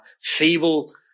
feeble